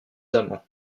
amants